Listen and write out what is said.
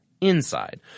inside